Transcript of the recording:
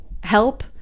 help